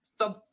Sub